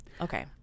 okay